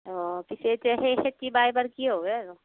অঁ পিছে এতিয়া সেই খেতি বা এইবাৰ কি হ'বয়ে আৰু